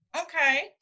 okay